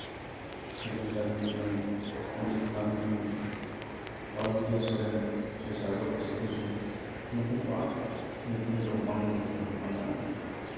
ᱥᱟᱹᱫᱷᱩ ᱨᱟᱢᱪᱟᱸᱫᱽ ᱢᱩᱨᱢᱩ ᱯᱚᱱᱰᱤᱛ ᱨᱚᱜᱷᱩᱱᱟᱛᱷ ᱢᱩᱨᱢᱩ ᱯᱟᱹᱣᱩᱞ ᱡᱩᱡᱷᱟᱹᱨ ᱥᱚᱨᱮᱱ ᱥᱮ ᱥᱟᱨᱚᱫᱟ ᱯᱨᱚᱥᱟᱫᱽ ᱠᱤᱥᱠᱩ ᱱᱩᱠᱩ ᱠᱚᱣᱟᱜ ᱧᱩᱛᱩᱢ ᱫᱚ ᱵᱟᱝ ᱞᱟᱹᱭ ᱞᱮᱠᱷᱟᱱ ᱜᱮ ᱵᱟᱝ ᱜᱟᱱᱚᱜᱼᱟ